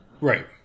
right